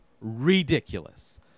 ridiculous